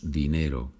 dinero